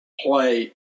play